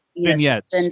Vignettes